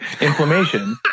inflammation